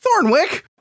Thornwick